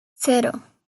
cero